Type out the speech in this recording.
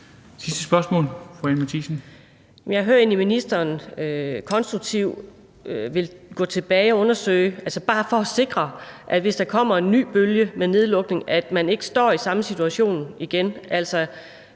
Matthiesen (V): Jamen jeg hører egentlig, at ministeren konstruktivt vil gå tilbage og undersøge det, altså bare for at sikre, hvis der kommer en ny bølge med nedlukning, at man så ikke står i den samme situation.